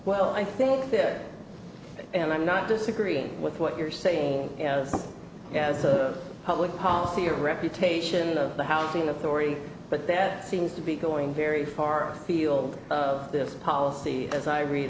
well i think that and i'm not disagreeing with what you're saying as a public policy or the reputation of the housing authority but that seems to be going very far feel this policy as i read